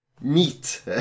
meat